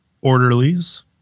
orderlies